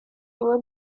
nuove